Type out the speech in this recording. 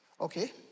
Okay